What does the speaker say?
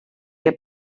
que